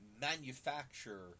manufacture